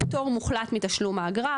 פטור מוחלט מתשלום האגרה,